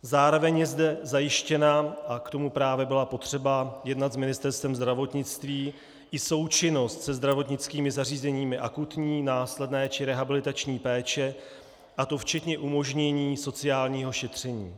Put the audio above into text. Zároveň je zde zajištěna, a k tomu právě bylo potřeba jednat s Ministerstvem zdravotnictví, i součinnost se zdravotnickými zařízeními akutní, následné či rehabilitační péče, a to včetně umožnění sociálního šetření.